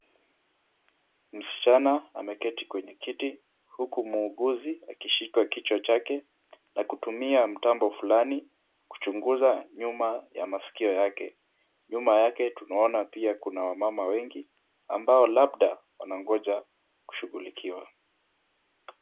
Msichana ameketi kwenye kiti huku muuguzi akishika kichwa chake na kutumia mtambo fulani kuchunguza nyuma ya masikio yake. Nyuma yake tunaona pia kuna wamama wengi ambao labda wanangoja kushughulikiwa.